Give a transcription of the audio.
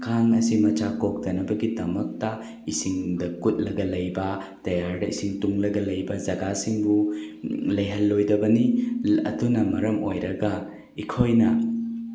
ꯀꯥꯡ ꯑꯁꯦ ꯃꯆꯥ ꯀꯣꯛꯇꯅꯕꯒꯤꯗꯃꯛꯇ ꯏꯁꯤꯡꯗ ꯀꯨꯠꯂꯒ ꯂꯩꯕ ꯇꯌꯦꯔꯗ ꯏꯁꯤꯡ ꯇꯨꯡꯂꯒ ꯂꯩꯕ ꯖꯒꯥꯁꯤꯡꯕꯨ ꯂꯩꯍꯜꯂꯣꯏꯗꯕꯅꯤ ꯑꯗꯨꯅ ꯃꯔꯝ ꯑꯣꯏꯔꯒ ꯑꯩꯈꯣꯏꯅ